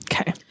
Okay